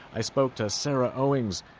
i spoke to sarah owings,